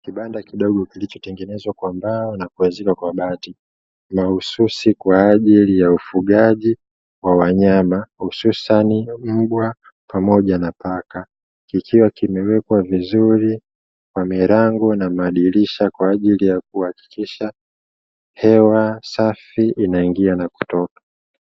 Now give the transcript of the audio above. Kibanda kidogo kilichotengenezwa kwa mbao na kuezekwa kwa bati, mahususi kwa ajili ya ufugaji wa wanyama hususani mbwa pamoja na paka. Kikiwa kimewekwa vizuri kwa milango na madirisha kwa ajili ya kuhakikisha hewa safi inaingia na kutoka.